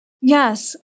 Yes